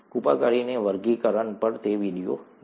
કૃપા કરીને વર્ગીકરણ પર તે વિડિયો જુઓ